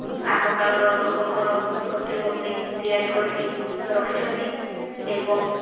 ଆଗକାଳର ଲୋକଙ୍କର ପ୍ରତିମୂର୍ତ୍ତି ତିଆରି କରିକି ରଖିଛନ୍ତି ଏବଂ